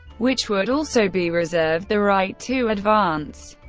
which would also be reserved the right to advance.